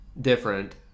different